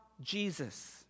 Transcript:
Jesus